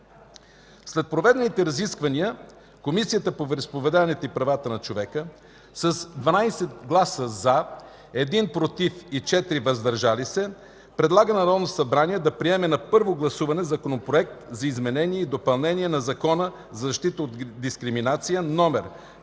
След проведените разисквания, Комисията по вероизповеданията и правата на човека с 12 гласа „за”, 1 глас „против” и 4 гласа „въздържали се”, предлага на Народното събрание да приеме на първо гласуване Законопроект за изменение и допълнение на Закона за защита от дискриминация, №